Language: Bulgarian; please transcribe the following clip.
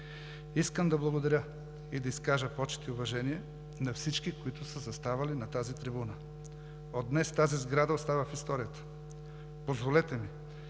Искам да благодаря и да изкажа почит и уважение на всички, които са заставали на тази трибуна! От днес тази сграда остава в историята. Позволете ми